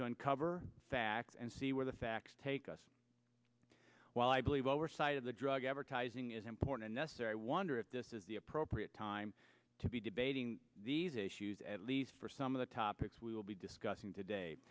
to uncover facts and see where the facts take us while i believe oversight of the drug advertising is important and necessary wonder if this is the appropriate time to be debating these issues at least for some of the topics we will be discussing today